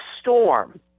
storm